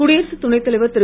குடியரசு துணை தலைவர் திரு